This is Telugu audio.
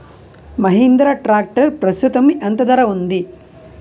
మహీంద్రా ట్రాక్టర్ ప్రస్తుతం ఎంత ధర ఉంది?